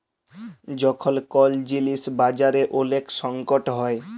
যখল কল জিলিস বাজারে ওলেক সংকট হ্যয়